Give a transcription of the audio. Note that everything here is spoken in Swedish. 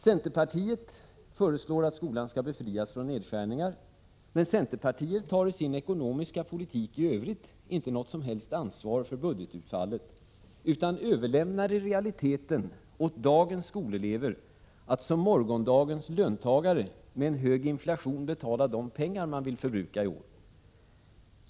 Centerpartiet föreslår att skolan skall befrias från nedskärningar, men tar i sin ekonomiska politik i övrigt inte något som helst ansvar för budgetutfallet utan överlämnar i realiteten åt dagens skolelever att som morgondagens löntagare med en hög inflation betala de pengar man vill förbruka i år.